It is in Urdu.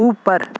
اوپر